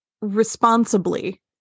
responsibly